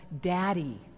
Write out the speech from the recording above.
Daddy